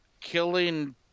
killing